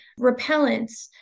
repellents